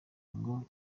ngo